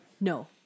No